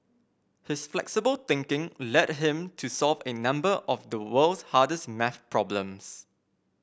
his flexible thinking led him to solve a number of the world's hardest maths problems